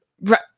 right